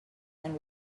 and